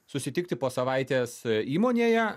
susitikti po savaitės įmonėje